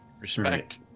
Respect